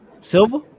Silver